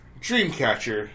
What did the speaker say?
Dreamcatcher